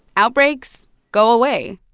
outbreaks go away,